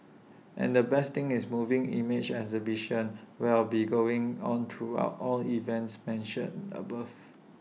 and the best thing is A moving image exhibition will be going on throughout all events mentioned above